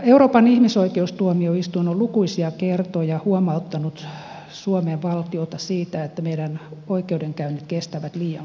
euroopan ihmisoikeustuomioistuin on lukuisia kertoja huomauttanut suomen valtiota siitä että meidän oikeudenkäynnit kestävät liian kauan